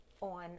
on